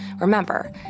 Remember